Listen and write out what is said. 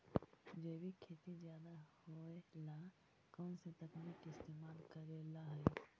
जैविक खेती ज्यादा होये ला कौन से तकनीक के इस्तेमाल करेला हई?